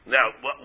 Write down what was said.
Now